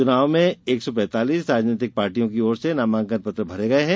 चुनाव में एक सौ पैतालीस राजनैतिक पार्टियों की ओर से नामाकन पत्र भरे गये है